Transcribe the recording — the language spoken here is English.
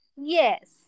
Yes